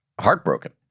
heartbroken